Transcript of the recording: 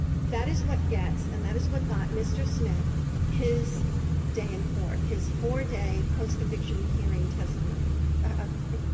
that is what gets, and that is what got mr. smith his day in court, his four-day postconviction hearing testimony ah